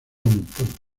aumentando